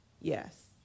Yes